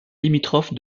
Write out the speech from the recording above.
limitrophe